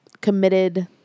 committed